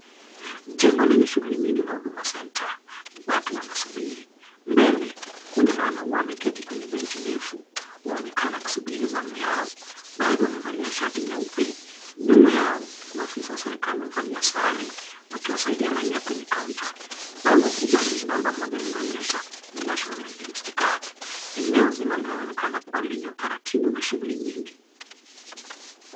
Jengo lenye shughuli nyingi la Huduma Centre , watu wanasubiri. Mbele, kundi la wanaume wameketi kwenye benchi ndefu, waonekana kusubiri zamu yao. Baadhi wamevalia shati nyeupe, nyuma yao maafisa wa serikali wamevalia sare, wakiwasaidia raia kwenye kaunta. Bango kubwa lenye namba moja linaonyesha national identity card . Eneo zima linaonekana kuwa lenye utaratibu na shughuli nyingi.